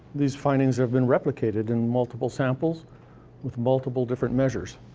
these findings have been replicated in multiple samples with multiple different measures.